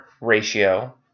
ratio